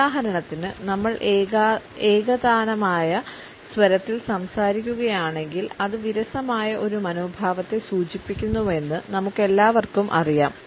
ഉദാഹരണത്തിന് നമ്മൾ ഏകതാനമായ സ്വരത്തിൽ സംസാരിക്കുകയാണെങ്കിൽ അത് വിരസമായ ഒരു മനോഭാവത്തെ സൂചിപ്പിക്കുന്നുവെന്ന് നമുക്കെല്ലാവർക്കും അറിയാം